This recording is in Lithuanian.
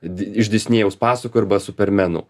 di iš disnėjaus pasakų arba supermenų